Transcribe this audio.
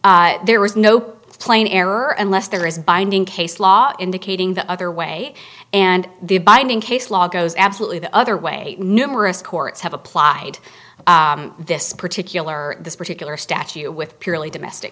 that there was no plain error and less there is binding case law indicating the other way and the binding case law goes absolutely the other way numerous courts have applied this particular this particular statute with purely domestic